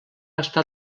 estat